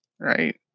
Right